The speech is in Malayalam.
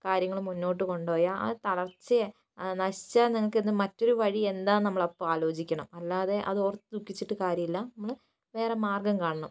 കാര്യങ്ങൾ മുന്നോട്ട് കൊണ്ടുപോയാൽ ആ തളർച്ചയെ നശിച്ച നിങ്ങൾക്കെന്ത് മറ്റൊരു വഴിയെന്താണെന്ന് നമ്മൾ അപ്പോൾ ആലോചിക്കണം അല്ലാതെ അതോർത്ത് ദുഃഖിച്ചിട്ട് കാര്യമില്ല നമ്മൾ വേറെ മാർഗ്ഗം കാണണം